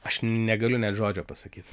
aš negaliu net žodžio pasakyt